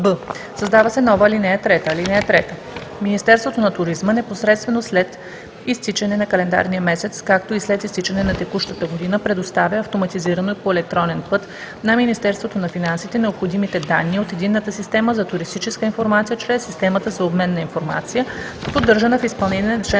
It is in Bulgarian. създава се нова ал. 3: „(3) Министерството на туризма непосредствено след изтичане на календарния месец, както и след изтичане на текущата година предоставя автоматизирано по електронен път на Министерството на финансите необходимите данни от Единната система за туристическа информация чрез системата за обмен на информация, поддържана в изпълнение на